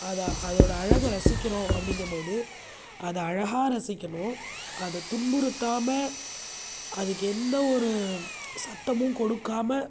அதை அதோடய அழகை ரசிக்கிறோம் அப்படிங்கும்போது அதை அழகாக ரசிக்கணும் அதை துன்புறுத்தாமல் அதுக்கு எந்த ஒரு சத்தமும் கொடுக்காம